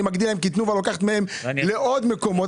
אני מגדיל להם כי תנובה לוקחת מהם לעוד מקומות",